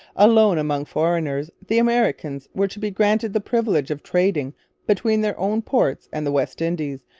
alone among foreigners the americans were to be granted the privilege of trading between their own ports and the west indies,